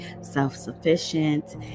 self-sufficient